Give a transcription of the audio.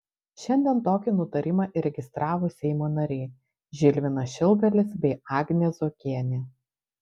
šiandien tokį nutarimą įregistravo seimo nariai žilvinas šilgalis bei agnė zuokienė